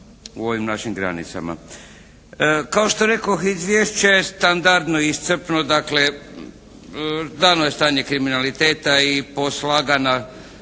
u ovim našim granicama. Kao što rekoh izvješće je standardno iscrpno. Dakle, dano je stanje kriminaliteta i poslagana